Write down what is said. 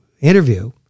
interview